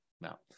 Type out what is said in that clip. now